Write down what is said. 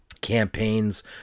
campaigns